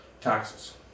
Taxes